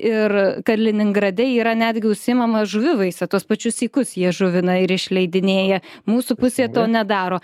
ir kaliningrade yra netgi užsiimama žuvivaisa tuos pačius sykus jie žuvina ir išleidinėja mūsų pusė to nedaro